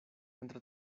entre